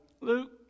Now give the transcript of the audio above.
Luke